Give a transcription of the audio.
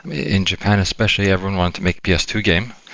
in japan, especially everyone wanted to make p s two a game.